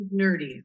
nerdy